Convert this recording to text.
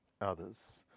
others